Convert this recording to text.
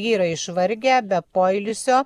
vyrai išvargę be poilsio